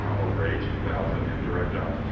over eighteen thousand indirect jobs.